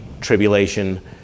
tribulation